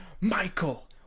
Michael